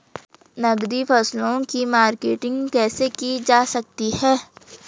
नकदी फसलों की मार्केटिंग कैसे की जा सकती है?